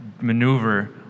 maneuver